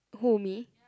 who me